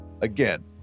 again